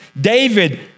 David